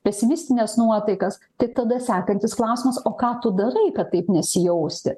pesimistines nuotaikas tai tada sekantis klausimas o ką tu darai kad taip nesijausti